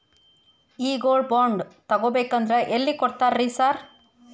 ಈ gold bond ತಗಾಬೇಕಂದ್ರ ಎಲ್ಲಿ ಕೊಡ್ತಾರ ರೇ ಸಾರ್?